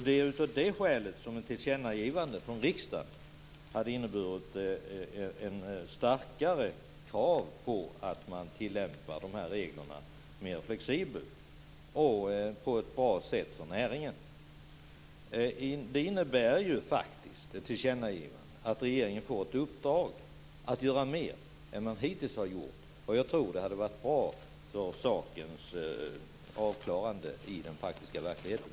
Det är av det skälet som ett tillkännagivande från riksdagen hade inneburit starkare krav på att man tillämpar de här reglerna mer flexibelt och på ett för näringen bra sätt. Ett tillkännagivande innebär ju faktiskt att regeringen får ett uppdrag att göra mer än man hittills har gjort. Jag tror att det hade varit bra för sakens avklarande i den praktiska verkligheten.